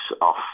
off